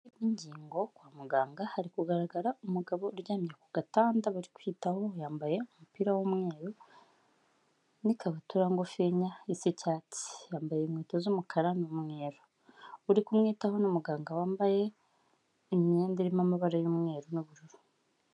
Nk'ingingo, kwa muganga hari kugaragara umugabo uryamye ku gatanda bari kwitaho, yambaye umupira w'umweru n'ikabutura ngufinya isa icyats,i yambaye inkweto z'umukara n'umweru, uri kumwitaho ni umuganga wambaye imyenda irimo amabara y'umweru n'ubururu.